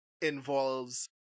involves